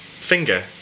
finger